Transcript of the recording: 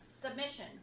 Submission